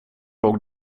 låg